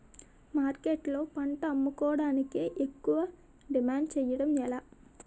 మార్కెట్లో పంట అమ్ముకోడానికి ఎక్కువ డిమాండ్ చేయడం ఎలా?